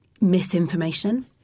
misinformation